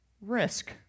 risk